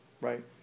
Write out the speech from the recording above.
right